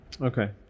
Okay